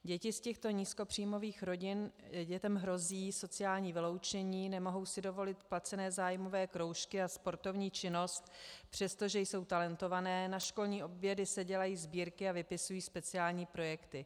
Dětem z těchto nízkopříjmových rodin hrozí sociální vyloučení, nemohou si dovolit placené zájmové kroužky a sportovní činnost, přestože jsou talentované, na školní obědy se dělají sbírky a vypisují speciální projekty.